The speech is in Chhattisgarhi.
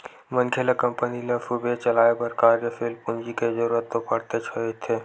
मनखे ल कंपनी ल सुबेवत चलाय बर कार्यसील पूंजी के जरुरत तो पड़तेच रहिथे